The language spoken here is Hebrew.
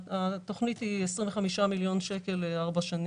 התכנית היא 25 מיליון שקלים לארבע שנים.